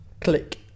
click